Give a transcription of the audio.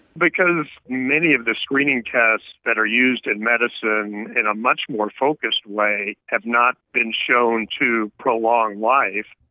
because many of the screening tests that are used in medicine in a much more focused way have not been shown to prolong life,